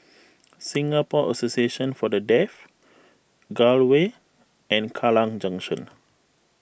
Singapore Association for the Deaf Gul Way and Kallang Junction